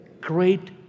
Great